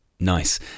Nice